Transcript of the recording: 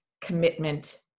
commitment